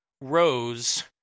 rose